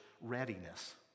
readiness